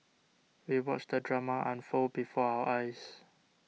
we watched the drama unfold before our eyes